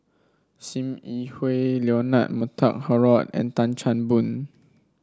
Sim Yi Hui Leonard Montague Harrod and Tan Chan Boon